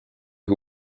who